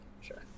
Sure